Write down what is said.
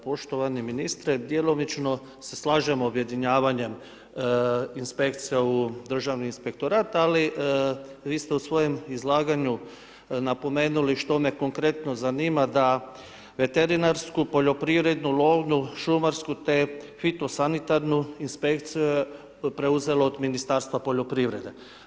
Poštovani ministre, djelomične se slažemo objedinjavanjem inspekcija u Državni inspektorat, ali vi ste u svojem izlaganju napomenuli, što me konkretno zanima, da veterinarsku, poljoprivrednu, lovnu, šumarsku, te hitnu sanitarnu inspekciju je preuzelo od Ministarstva poljoprivrede.